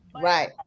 Right